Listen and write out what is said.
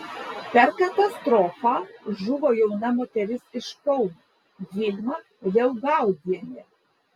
per katastrofą žuvo jauna moteris iš kauno vilma liaugaudienė